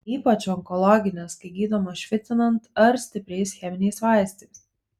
ypač onkologinės kai gydoma švitinant ar stipriais cheminiais vaistais